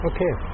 Okay